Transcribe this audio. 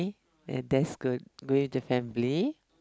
and that's good going to family